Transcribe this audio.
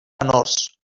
menors